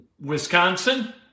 Wisconsin